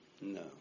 No